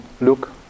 look